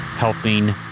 helping